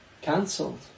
cancelled